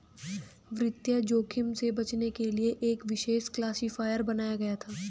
वित्तीय जोखिम से बचने के लिए एक विशेष क्लासिफ़ायर बनाया गया था